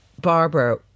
Barbara